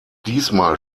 diesmal